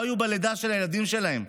לא היו בלידה של הילדים שלהם,